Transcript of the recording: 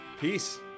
peace